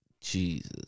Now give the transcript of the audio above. Jesus